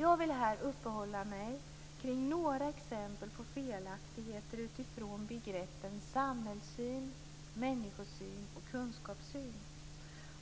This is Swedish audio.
Jag vill här uppehålla mig kring några exempel på felaktigheter utifrån begreppen samhällssyn, människosyn och kunskapssyn.